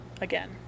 again